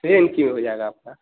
claim की हो जाएगा आपका